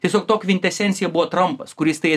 tiesiog to kvintesencija buvo trampas kuris tai